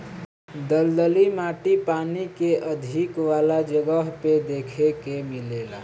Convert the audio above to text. दलदली माटी पानी के अधिका वाला जगह पे देखे के मिलेला